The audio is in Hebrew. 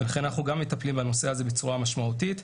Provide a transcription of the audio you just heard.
ולכן אנחנו גם מטפלים בנושא הזה בצורה משמעותית.